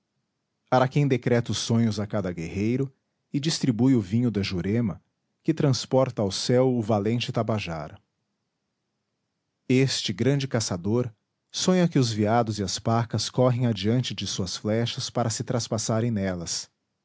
araquém decreta os sonhos a cada guerreiro e distribui o vinho da jurema que transporta ao céu o valente tabajara este grande caçador sonha que os veados e as pacas correm adiante de suas flechas para se traspassarem nelas